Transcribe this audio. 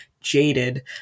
jaded